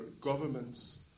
governments